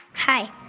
hi,